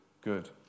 good